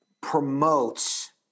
promotes